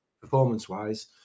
performance-wise